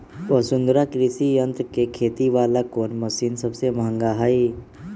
वसुंधरा कृषि यंत्र के खेती वाला कोन मशीन सबसे महंगा हई?